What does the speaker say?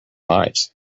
lives